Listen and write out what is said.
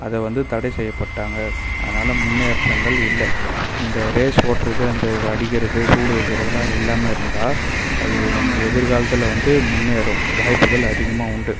அதை வந்து தடை செய்யப்பட்டாங்க ஆனாலும் முன்னேற்றங்கள் இல்லை இந்த ரேஸ் ஓற்றது அந்த அடிக்கறது சூடு வைக்கறதலாம் இல்லாமல் இருந்தால் அது எதிர் காலத்தில் வந்து முன்னேறும் வாய்ப்புகள் அதிகமாக உண்டு